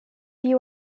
you